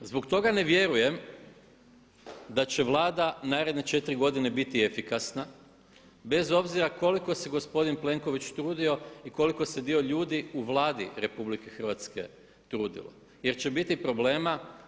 Zbog toga ne vjerujem da će Vlada naredne 4 godine biti efikasna bez obzira koliko se gospodin Plenković trudio i koliko se dio ljudi u Vladi Republike Hrvatske trudilo jer će biti problema.